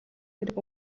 хэрэг